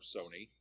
Sony